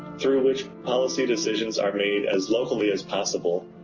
through which policy decisions are made as locally as possible,